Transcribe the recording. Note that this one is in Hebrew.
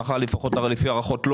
כך לפחות לפי ההערכות,